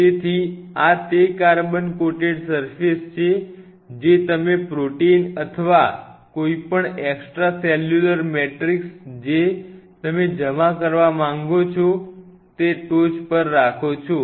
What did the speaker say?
તેથી આ તે કાર્બન કોટેડ સર્ફેસ છે જે તમે પ્રોટીન અથવા કોઈપણ એક્સ્ટ્રા સેલ્યુલર મેટ્રિક્સ જે તમે જમા કરવા માંગો છો તે ટોચ પર રાખો છો